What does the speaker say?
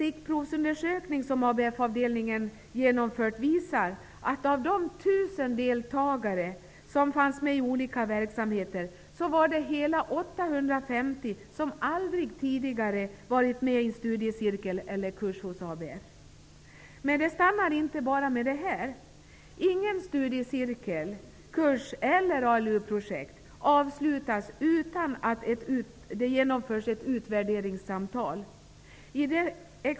avdelningen har genomfört visar att av de 1 000 deltagare som fanns med i olika verksamheter var det hela 850 som aldrig tidigare hade varit med i en studiecirkel eller kurs hos ABF. Men det stannar inte med detta. Ingen kurs eller studiecirkel, inget ALU-projekt avslutas utan att det förs ett utvärderingssamtal.